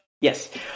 Yes